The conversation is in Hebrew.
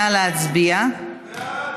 נא להצביע.